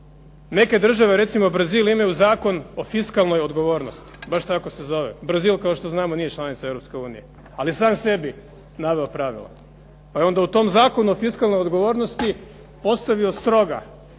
Neke države, recimo Brazil imaju Zakon o fiskalnoj odgovornosti, baš tako se zove Brazil kao što znamo nije članica Europske unije ali je sam sebi naveo pravila. A onda u tom Zakonu o fiskalnoj odgovornosti postavio stroga,